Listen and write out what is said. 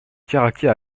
caraquet